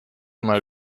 mal